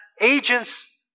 agents